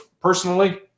personally